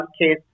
case